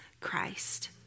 Christ